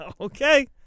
Okay